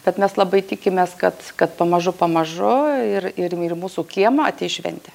bet mes labai tikimės kad kad pamažu pamažu ir ir ir į mūsų kiemą ateis šventė